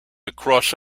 across